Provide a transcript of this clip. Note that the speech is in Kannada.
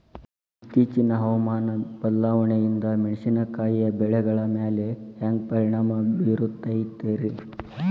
ಇತ್ತೇಚಿನ ಹವಾಮಾನ ಬದಲಾವಣೆಯಿಂದ ಮೆಣಸಿನಕಾಯಿಯ ಬೆಳೆಗಳ ಮ್ಯಾಲೆ ಹ್ಯಾಂಗ ಪರಿಣಾಮ ಬೇರುತ್ತೈತರೇ?